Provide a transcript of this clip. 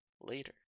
later